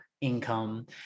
income